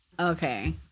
Okay